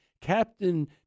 captain